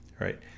Right